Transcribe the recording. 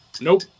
Nope